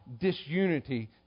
disunity